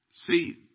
See